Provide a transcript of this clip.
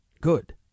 Good